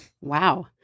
Wow